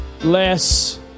less